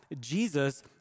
Jesus